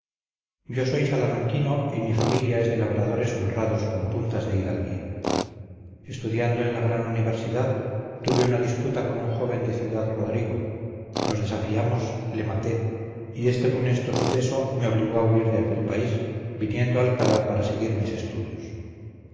yo soy salamanquino y mi familia es de labradores honrados con puntas de hidalguía estudiando en la gran universidad tuve una disputa con un joven de ciudad-rodrigo nos desafiamos le maté y este funesto suceso me obligó a huir de aquel país viniendo a alcalá para seguir mis estudios